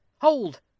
Hold